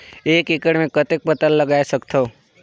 एक एकड़ मे कतेक पताल उगाय सकथव?